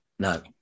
No